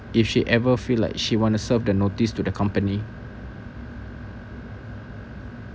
if she ever feel like she wanna serve the notice to the company